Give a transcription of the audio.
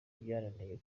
byananiye